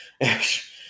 Yes